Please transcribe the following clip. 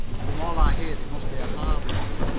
from all i hear they must be a hard lot.